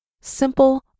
simple